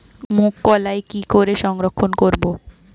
মুঘ কলাই কি করে সংরক্ষণ করব?